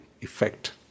effect